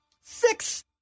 Six